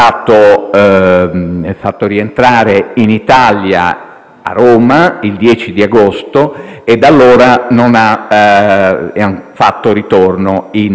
Roma, il 10 agosto e da allora non ha fatto ritorno in Libia. La decisione, presa